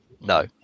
No